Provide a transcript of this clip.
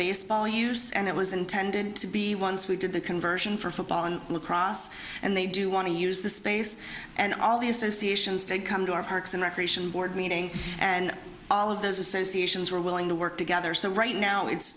baseball use and it was intended to be once we did the conversion for football on the cross and they do want to use the space and all the associations they come to our parks and recreation board meeting and all of those associations were willing to work together so right now it's